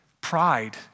Pride